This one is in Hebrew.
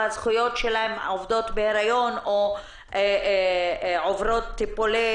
עובדות בהיריון או כאלה שעוברות טיפולי